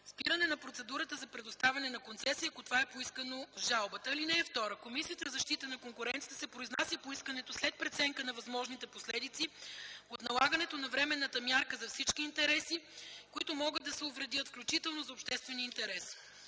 спиране на процедурата за предоставяне на концесия, ако това е поискано с жалбата. (2) Комисията за защита на конкуренцията се произнася по искането след преценка на възможните последици от налагането на временната мярка за всички интереси, които могат да се увредят, включително за обществения интерес.